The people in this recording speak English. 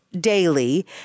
daily